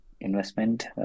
investment